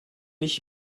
ich